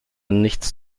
nichts